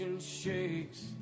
shakes